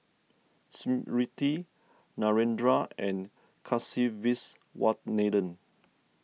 Smriti Narendra and Kasiviswanathan